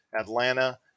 Atlanta